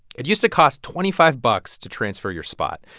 it used to cost twenty five bucks to transfer your spot.